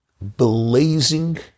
blazing